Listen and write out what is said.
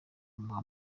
umuha